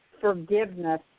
forgiveness